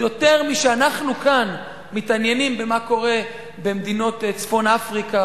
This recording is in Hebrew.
יותר משאנחנו כאן מתעניינים במה שקורה במדינות צפון-אפריקה